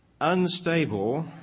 unstable